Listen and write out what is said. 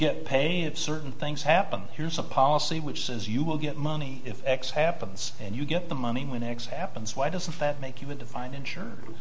get pay if certain things happen here's a policy which says you will get money if x happens and you get the money when x happens why doesn't that make you a divine insure